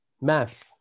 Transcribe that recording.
math